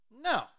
No